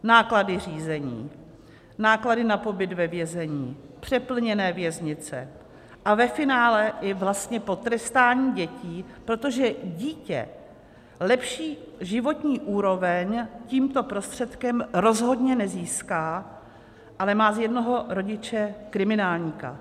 Náklady řízení, náklady na pobyt ve vězení, přeplněné věznice a ve finále i vlastně potrestání dětí, protože dítě lepší životní úroveň tímto prostředkem rozhodně nezíská, ale má z jednoho rodiče kriminálníka.